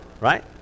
right